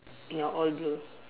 ya all blue